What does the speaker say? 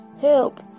Help